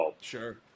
sure